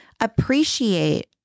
appreciate